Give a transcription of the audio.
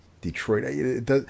Detroit